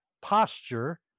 posture